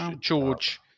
George